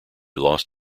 lost